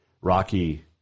Rocky